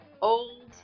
old